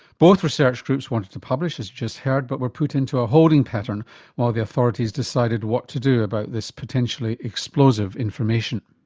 both research groups wanted to publish as you just heard but were put into a holding pattern while the authorities decided what to do about this potentially explosive information.